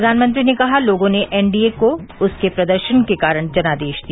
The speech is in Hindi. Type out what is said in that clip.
प्रधानमंत्री ने कहा लोगों ने एन डी ए को उसके प्रदर्शन के कारण जनादेश दिया